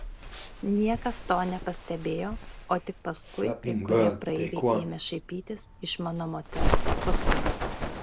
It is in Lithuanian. niekas to nepastebėjo o tik paskui kai kurie praeiviai ėmė šaipytis iš mano moters kostiumo